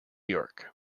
york